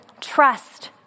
Trust